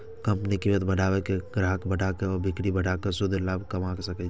company कीमत बढ़ा के, ग्राहक बढ़ा के आ बिक्री बढ़ा कें शुद्ध लाभ कमा सकै छै